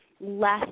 less